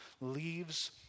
leaves